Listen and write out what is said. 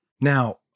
Now